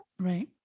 right